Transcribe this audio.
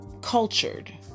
cultured